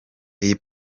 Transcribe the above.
iyi